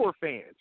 fans